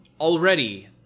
already